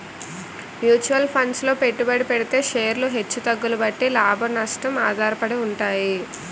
mutual funds లో పెట్టుబడి పెడితే షేర్లు హెచ్చు తగ్గుల బట్టి లాభం, నష్టం ఆధారపడి ఉంటాయి